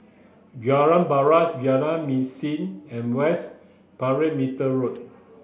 Jalan Paras Jalan Mesin and West Perimeter Road